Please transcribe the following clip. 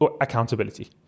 accountability